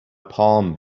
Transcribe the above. palm